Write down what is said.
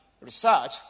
research